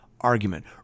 argument